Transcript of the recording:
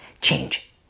change